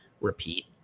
repeat